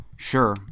Sure